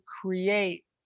create